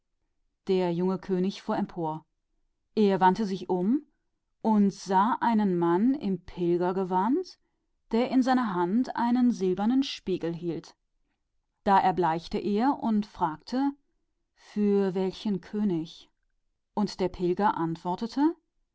der junge könig schrak zusammen und wandte sich um und erblickte einen mann der wie ein pilger gekleidet war und einen silbernen spiegel in seiner hand hielt er erbleichte und fragte für welches königs krone und der pilger antwortete